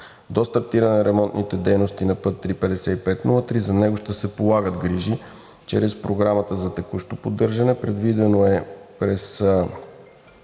До стартиране на ремонтните дейности на път III-5503 за него ще се полагат грижи